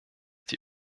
die